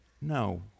No